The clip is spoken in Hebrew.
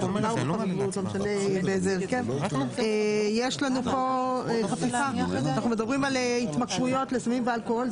אנחנו מדברים על התמכרויות לסמים ואלכוהול,